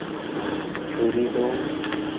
ᱪᱷᱩᱨᱤ ᱫᱚ